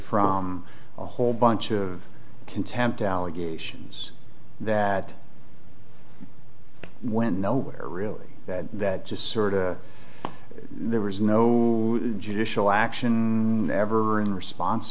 from a whole bunch of contempt allegations that went nowhere really that that just sort of there was no judicial action ever in response